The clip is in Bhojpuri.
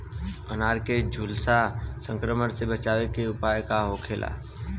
अनार के झुलसा संक्रमण से बचावे के उपाय का होखेला?